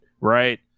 right